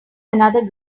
another